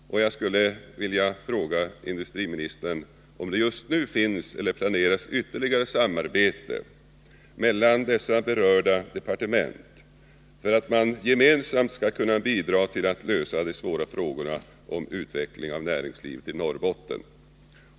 Jag skulle vilja fråga industriministern om det just nu finns eller planeras ytterligare samarbete mellan berörda departement för att de gemensamt skall kunna bidra till att lösa de svåra problemen om utveckling av näringslivet i Norrbotten.